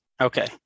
Okay